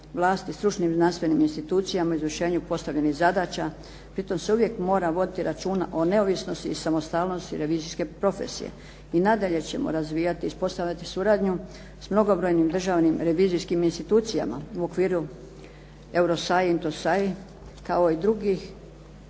vlasti, stručnim i znanstvenim institucijama u izvršenju postavljenih zadaća. Pri tome se uvijek mora voditi računa o neovisnosti i samostalnosti revizijske profesije. I nadalje ćemo razvijati i uspostavljati suradnju s mnogobrojnim državnim revizijskim institucijama u okviru … /Govornica